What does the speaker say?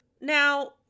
Now